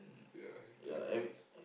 ya I have to agree